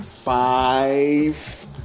five